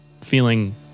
feeling